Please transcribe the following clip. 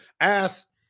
ask